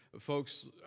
folks